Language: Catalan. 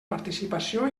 participació